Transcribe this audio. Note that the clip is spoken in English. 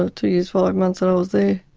ah two years, five months that i was there.